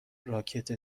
راکت